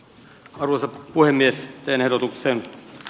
korua puhemies venehdotuksen